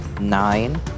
Nine